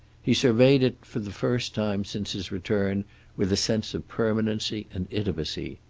he surveyed it for the first time since his return with a sense of permanency and intimacy.